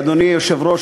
אדוני היושב-ראש,